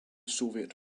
soviet